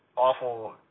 awful